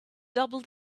double